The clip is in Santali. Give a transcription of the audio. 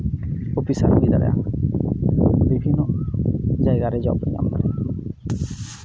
ᱚᱯᱷᱤᱥᱟᱨᱮ ᱦᱩᱭ ᱫᱟᱲᱮᱭᱟᱜᱼᱟ ᱡᱟᱭᱜᱟ ᱨᱮ ᱡᱚᱵ